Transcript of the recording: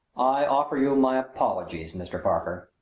i offer you my apologies, mr. parker,